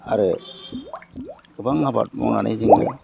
आरो गोबां आबाद मावनानै जोङो